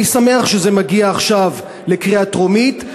אני שמח שזה מגיע עכשיו לקריאה טרומית,